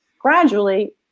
gradually